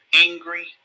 Angry